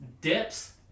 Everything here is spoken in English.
dips